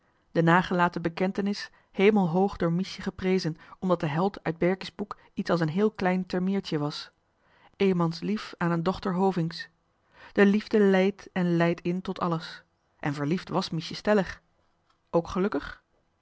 bekentenis hemelhoog door miesje geprezen omdat de held uit berkie's boek iets als een heel klein vermeertje was emants lief aan een dochter hovink's de liefde leidt en leidt in tot alles en verliefd was miesje beslist ook gelukkig